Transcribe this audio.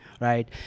Right